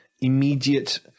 immediate